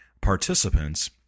participants –